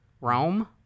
Rome